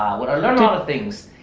well, i learned a lot of things.